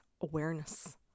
awareness